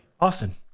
Austin